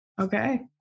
Okay